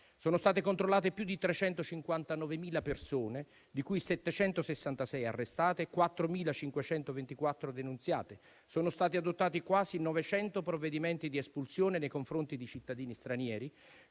Sono state controllate più di 359.000 persone, di cui 766 arrestate e 4.524 denunziate. Sono stati adottati quasi 900 provvedimenti di espulsione nei confronti di cittadini stranieri,